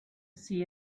see